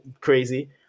Crazy